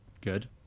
good